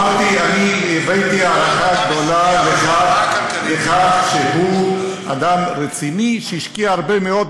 הבעתי הערכה גדולה לכך שהוא אדם רציני שהשקיע הרבה מאוד,